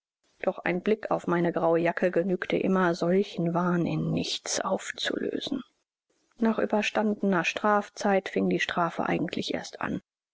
doch ein blick auf meine graue jacke genügte immer solchen wahn in nichts aufzulösen nach überstandener strafzeit fing die strafe eigentlich erst an